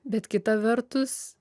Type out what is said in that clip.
bet kita vertus